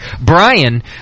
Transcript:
Brian